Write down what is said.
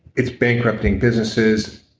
it's bankrupting businesses.